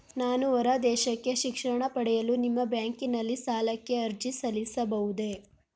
ನಾನು ಹೊರದೇಶಕ್ಕೆ ಶಿಕ್ಷಣ ಪಡೆಯಲು ನಿಮ್ಮ ಬ್ಯಾಂಕಿನಲ್ಲಿ ಸಾಲಕ್ಕೆ ಅರ್ಜಿ ಸಲ್ಲಿಸಬಹುದೇ?